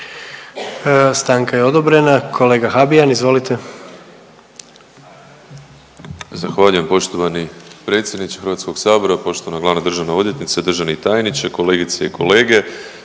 Stanka je odobrena. Kolega Habijan, izvolite. **Habijan, Damir (HDZ)** Zahvaljujem poštovani predsjedniče HS-a, poštovana glavna državna odvjetnice, državni tajniče, kolegice i kolege.